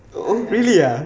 oh really ah